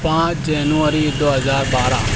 پانچ جنوری دو ہزار بارہ